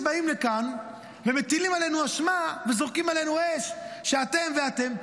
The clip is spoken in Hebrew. שבאים לכאן ומטילים עלינו אשמה וזורקים עלינו אש: אתם ואתם.